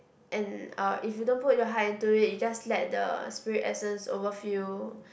and uh if you don't put your heart into it you just let the spirit essence overfill